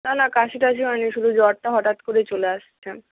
না না কাশি টাশি হয়নি শুধু জ্বরটা হঠাৎ করে চলে আসছে